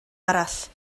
arall